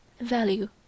Value